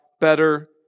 better